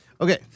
Okay